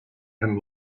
and